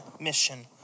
mission